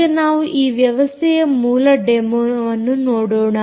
ಈಗ ನಾವು ಈ ವ್ಯವಸ್ಥೆಯ ಮೂಲ ಡೆಮೋವನ್ನು ನೋಡೋಣ